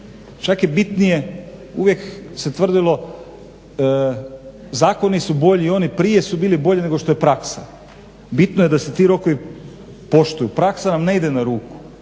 čak je bitnije, uvijek se tvrdilo zakoni su bolji, oni prije su bili bolji nego što je praksa. Bitno je da se ti rokovi poštuju, praksa nam ne ide na ruku.